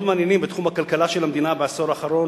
מעניינים בתחום הכלכלה של המדינה בעשור האחרון,